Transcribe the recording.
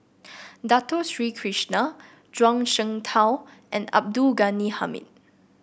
Dato Sri Krishna Zhuang Shengtao and Abdul Ghani Hamid